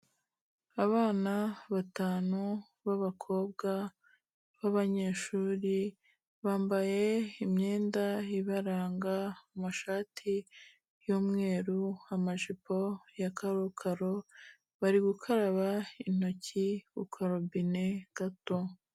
Abana batanu b'abakobwa b'abanyeshuri bambaye imyenda ibaranga amashati y'umweru, amajipo ya karokaro, bari gukaraba intoki ku karobine gato.